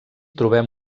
trobem